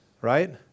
right